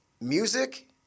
music